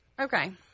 okay